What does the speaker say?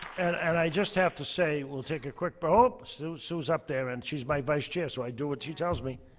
and and i just have to say, we'll take a quick but oh. sue's sue's up there, and she's my vice chair, so i do what she tells me.